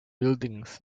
buildings